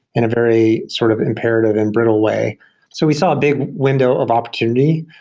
in a very sort of imperative and brittle way so we saw a big window of opportunity,